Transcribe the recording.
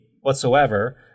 whatsoever